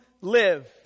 live